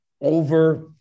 Over